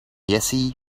jesse